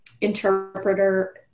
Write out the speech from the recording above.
interpreter